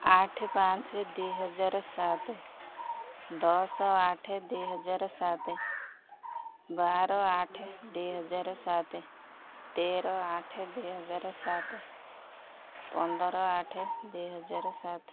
ଆଠ ପାଞ୍ଚ ଦୁଇ ହଜାର ସାତ ଦଶ ଆଠ ଦୁଇ ହଜାର ସାତ ବାର ଆଠ ଦୁଇ ହଜାର ସାତ ତେର ଆଠ ଦୁଇ ହଜାର ସାତ ପନ୍ଦର ଆଠ ଦୁଇ ହଜାର ସାତ